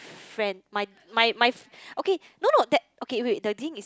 friend my my my okay no no that okay wait the thing is